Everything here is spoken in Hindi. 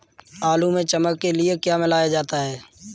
आलू में चमक के लिए क्या मिलाया जाता है?